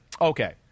Okay